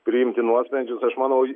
priimti nuosprendžius aš manau